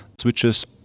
switches